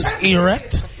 erect